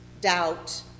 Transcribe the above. doubt